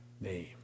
name